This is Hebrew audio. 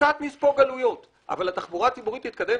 קצת נספוג עלויות, אבל התחבורה הציבורית תתקדם.